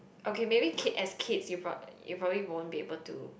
okay maybe ki~ as kids you probably won't be able to